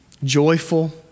joyful